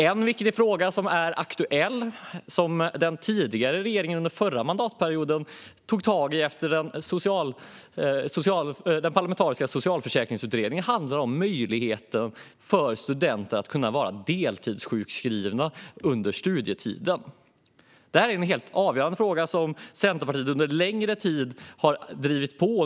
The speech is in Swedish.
En viktig fråga som är aktuell och som den tidigare regeringen under förra mandatperioden tog tag i efter den parlamentariska socialförsäkringsutredningen handlar om möjligheten för studenter att vara deltidssjukskrivna under studietiden. Det är en helt avgörande fråga där Centerpartiet under en längre tid har drivit på.